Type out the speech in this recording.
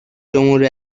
جمهور